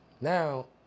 now